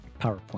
PowerPoint